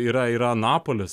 yra ir napolis